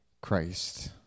Christ